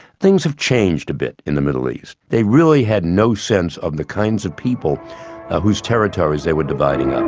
things have changed a bit in the middle east, they really had no sense of the kinds of people whose territories they were dividing um